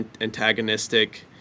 antagonistic